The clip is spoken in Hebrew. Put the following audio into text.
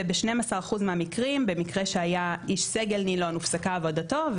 וב-12% מהמקרים במקרה שהנילון היה איש סגל הופסקה עבודתו,